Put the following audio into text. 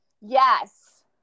Yes